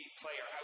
player